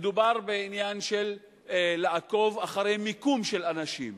מדובר בעניין של לעקוב אחרי מיקום של אנשים.